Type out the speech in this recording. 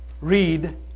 read